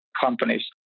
companies